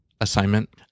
assignment